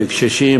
בקשישים,